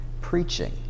preaching